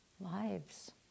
lives